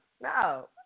No